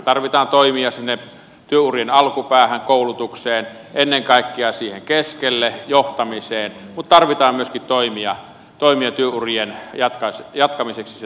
tarvitaan toimia sinne työurien alkupäähän koulutukseen ennen kaikkea siihen keskelle johtamiseen mutta tarvitaan myöskin toimia työurien jatkamiseksi sieltä loppupäästä